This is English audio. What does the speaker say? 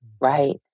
right